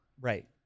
Right